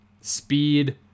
speed